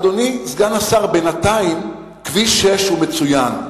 אדוני סגן השר, בינתיים, כביש 6 מצוין,